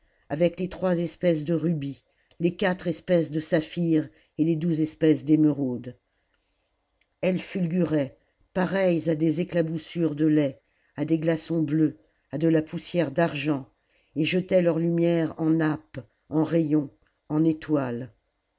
avec les trois espèces de rubis les quatre espèces de saphir et les douze espèces d'émeraude elles fulguraient pareilles à des éclaboussures de lait à des glaçons bleus à de la poussière d'argent et jetaient leurs lumières en nappes en rayons en étoiles